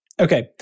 Okay